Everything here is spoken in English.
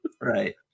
Right